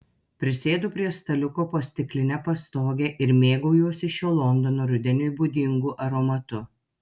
prisėdu prie staliuko po stikline pastoge ir mėgaujuosi šiuo londono rudeniui būdingu aromatu